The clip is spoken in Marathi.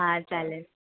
हां चालेल